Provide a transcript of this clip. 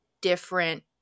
different